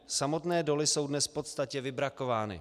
Samotné doly jsou dnes v podstatě vybrakovány.